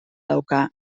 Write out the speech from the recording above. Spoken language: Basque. dauka